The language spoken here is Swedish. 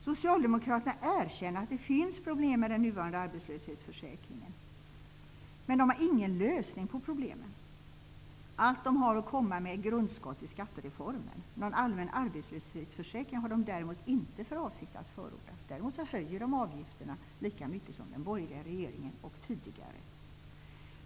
Socialdemokraterna erkänner att det finns problem med den nuvarande arbetslöshetsförsäkringen. Men de har ingen lösning på problemen. Allt de har att komma med är ett grundskott i skattereformen. Någon allmän arbetslöshetsförsäkring har de däremot inte för avsikt att förorda. Däremot höjer de avgifterna lika mycket som den borgerliga regeringen och den tidigare regeringen.